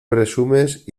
presumes